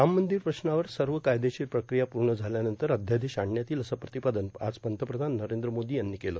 राम मंदिर प्रश्नावर सर्व कायदेशीर प्रक्रिया पूर्ण झाल्यानंतर अध्यादेश आणण्यात येईल असं प्रतिपादन आज पंतप्रधान नरेंद्र मोदी यांनी केलं